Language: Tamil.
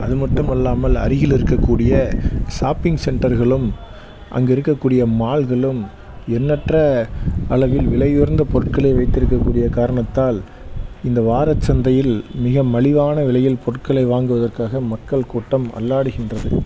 அது மட்டும் அல்லாமல் அருகில் இருக்கக்கூடிய ஷாப்பிங் சென்டர்களும் அங்கு இருக்கக்கூடிய மால்களும் எண்ணற்ற அளவில் விலை உயர்ந்த பொருட்களை வைத்திருக்கக்கூடிய காரணத்தால் இந்த வாரச்சந்தையில் மிக மலிவான விலையில் பொருட்களை வாங்குவதற்காக மக்கள் கூட்டம் அல்லாடுக்கின்றது